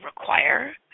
require